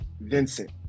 Vincent